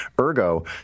Ergo